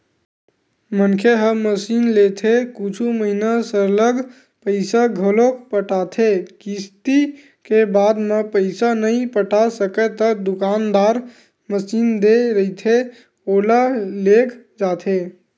मनखे ह मसीनलेथे कुछु महिना सरलग पइसा घलो पटाथे किस्ती के बाद म पइसा नइ पटा सकय ता दुकानदार मसीन दे रहिथे ओला लेग जाथे